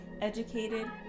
educated